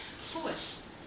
force